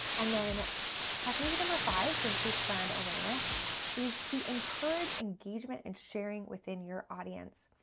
and then technique number five to increase brand awareness is to encourage engagement and sharing within your audience.